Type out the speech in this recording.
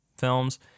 films